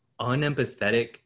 unempathetic